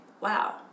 wow